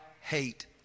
hate